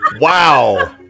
Wow